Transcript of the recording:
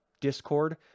discord